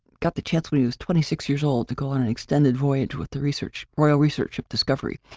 got the chance when he was twenty six years old to go on an extended voyage with the research, royal research, of discovery.